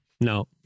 No